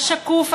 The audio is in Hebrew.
השקוף,